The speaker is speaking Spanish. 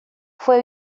fue